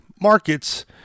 markets